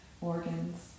organs